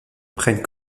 prennent